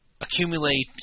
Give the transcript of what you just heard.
accumulate